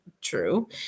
True